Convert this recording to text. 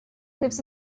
lives